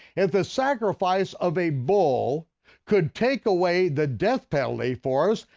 if the sacrifice of a bull could take away the death penalty for us,